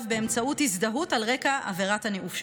באמצעות הזדהות על רקע עבירת הניאוף שלו.